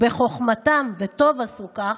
ובחוכמתן, וטוב שעשו כך,